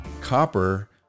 copper